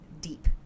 deep